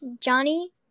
Johnny